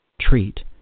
treat